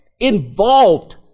involved